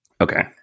Okay